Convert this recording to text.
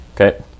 Okay